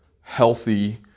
healthy